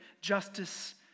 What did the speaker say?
justice